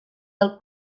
del